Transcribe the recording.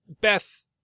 Beth